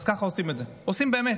אז ככה עושים את זה, עושים באמת.